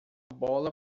bola